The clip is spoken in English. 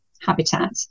habitat